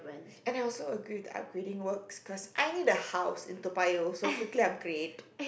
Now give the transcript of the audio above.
and I also agree that upgrading works because I need a house in Toa-Payoh so quickly upgrade